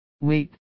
Wait